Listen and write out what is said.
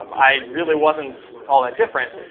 um i really wasn't all that different.